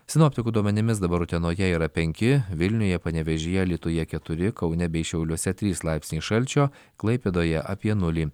sinoptikų duomenimis dabar utenoje yra penki vilniuje panevėžyje alytuje keturi kaune bei šiauliuose trys laipsniai šalčio klaipėdoje apie nulį